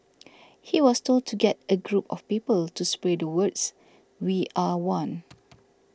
he was told to get a group of people to spray the words we are one